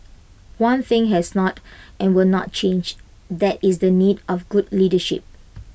one thing has not and will not change that is the need of good leadership